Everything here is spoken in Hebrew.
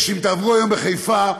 אם תעברו היום בחיפה,